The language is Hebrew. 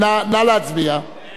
הצעת